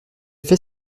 fait